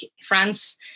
France